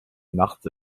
nachts